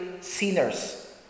sinners